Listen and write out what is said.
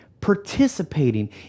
participating